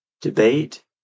debate